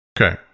Okay